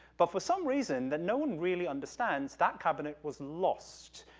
but for some reason that no one really understands, that cabinet was lost.